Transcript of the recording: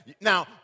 Now